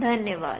धन्यवाद